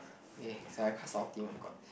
ya sorry I quite salty oh-my-god